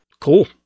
cool